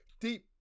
deep